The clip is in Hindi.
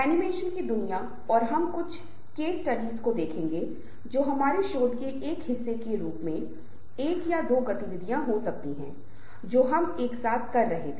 यदि लोग सामान्य लक्ष्य को प्राप्त करने के लिए रुचि नहीं दिखाते हैं तो शायद एक समूह में काम करना और सफलता के एक निश्चित अंक तक पहुंचना बहुत मुश्किल हो जाता है